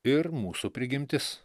ir mūsų prigimtis